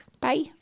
Bye